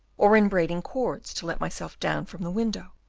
or in braiding cords to let myself down from the window,